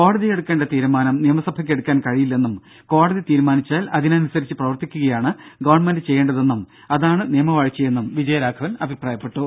കോടതി എടുക്കേണ്ട തീരുമാനം നിയമസഭയ്ക്ക് എടുക്കാൻ കഴിയില്ലെന്നും കോടതി തീരുമാനിച്ചാൽ അതിനനുസരിച്ച് പ്രവർത്തിക്കുകയാണ് ഗവൺമെന്റ് ചെയ്യേണ്ടതെന്നും അതാണ് നിയമവാഴ്ച്ചയെന്നും വിജയരാഘവൻ അഭിപ്രായപ്പെട്ടു